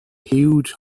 huge